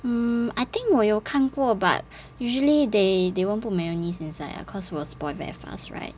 um I think 我有看过 but usually they they won't put mayonnaise inside right cause will spoil very fast right